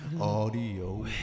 audio